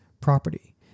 property